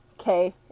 Okay